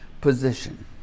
position